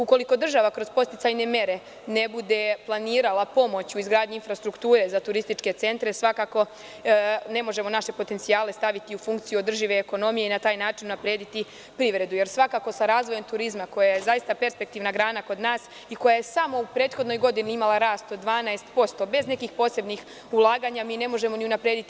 Ukoliko država kroz podsticajne mere ne bude planirala pomoć u izgradnji infrastrukture za turističke centre, svakako ne možemo naše potencijale staviti u funkciju održive ekonomije i na taj način unaprediti privredu, jer svakako sa razvojem turizma, koje je perspektivna grana kod nas i koja je samo u prethodnoj godini imala rast od 12%, bez nekih posebnih ulaganja, ne možemo unaprediti.